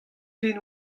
den